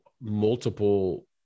multiple